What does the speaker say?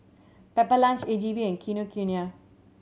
Pepper Lunch A G V and Kinokuniya